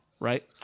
Right